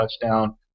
touchdown